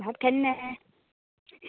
ভাত খালিনে